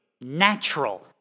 natural